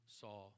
saw